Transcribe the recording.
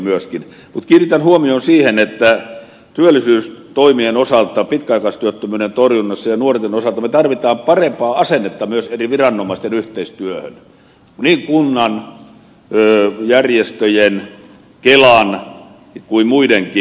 mutta kiinnitän huomion siihen että työllisyystoimien osalta pitkäaikaistyöttömyyden torjunnassa ja nuorten osalta me tarvitsemme parempaa asennetta myös eri viranomaisten yhteistyöhön niin kunnan järjestöjen kelan kuin muidenkin